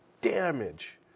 damage